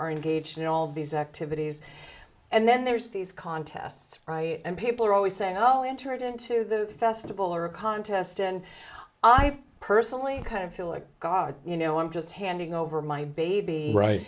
are engaged in all these activities and then there's these contests and people are always saying oh entered into the festival or a contest and i personally kind of feel like god you know i'm just handing over my baby